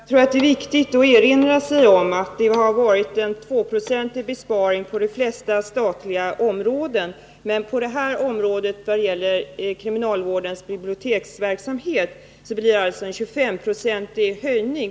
Herr talman! Jag tror att det är viktigt att erinra om att det har varit en 2-procentig besparing på de flesta statliga områden. Men på detta område, som gäller kriminalvårdens biblioteksverksamhet, blir det alltså en 25 procentig höjning.